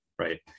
Right